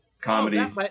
comedy